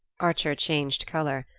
archer changed colour.